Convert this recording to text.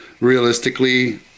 realistically